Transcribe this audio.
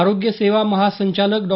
आरोग्य सेवा महासंचालक डॉ